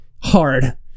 hard